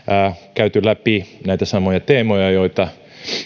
käyty läpi näitä samoja teemoja joita